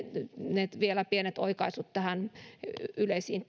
vielä ne pienet oikaisut yleisiin